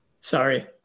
Sorry